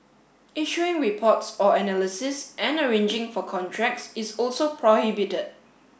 issuing reports or analysis and arranging for contracts is also prohibited